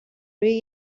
روی